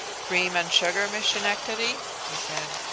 cream and sugar, miss schenectady? he said.